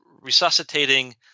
resuscitating